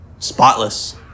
Spotless